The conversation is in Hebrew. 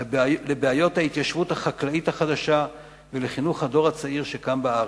לבעיות ההתיישבות החקלאית החדשה ולחינוך הדור הצעיר שקם בארץ.